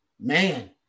man